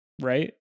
right